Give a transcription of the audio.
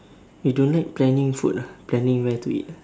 I don't like planning food ah planning where to eat